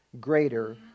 greater